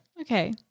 Okay